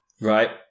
Right